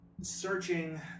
searching